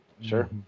Sure